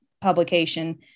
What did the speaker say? publication